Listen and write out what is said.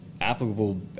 applicable